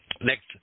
Next